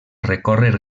recórrer